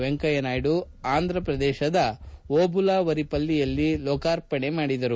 ವೆಂಕಯ್ಕ ನಾಯ್ದ ಆಂಧ್ರಪ್ರದೇಶದ ಓಬುಲಾವರಿಪಲ್ಲಿಯಲ್ಲಿ ಲೋಕಾರ್ಪಣೆ ಮಾಡಿದರು